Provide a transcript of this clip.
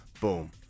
Boom